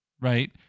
right